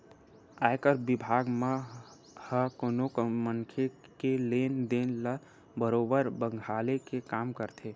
आयकर बिभाग मन ह कोनो मनखे के लेन देन ल बरोबर खंघाले के काम करथे